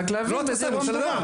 רק להבין איזה אירוע.